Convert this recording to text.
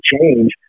change